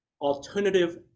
alternative